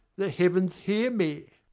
the heavens hear me!